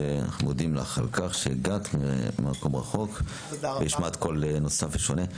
ואנחנו מודים לך על כך שהגעת ממקום רחוק והשמעת קול נוסף ושונה.